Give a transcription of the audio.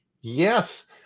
Yes